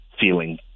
feeling